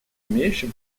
имеющим